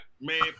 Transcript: Man